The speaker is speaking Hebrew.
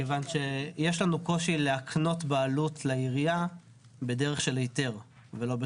כיוון שיש לנו קושי להקנות בעלות לעירייה בדרך של היתר ולא בתוכנית.